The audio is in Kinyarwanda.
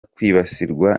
kwibasirwa